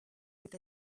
with